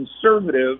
conservative